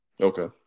Okay